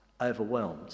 overwhelmed